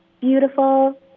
Beautiful